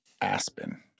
aspen